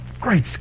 Great